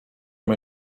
nie